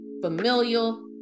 familial